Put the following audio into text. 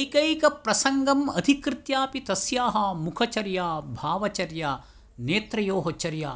एकैकप्रसङ्गम् अधिकृत्यापि तस्याः मुखचर्या भावचर्या नेत्रयोः चर्या